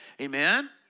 Amen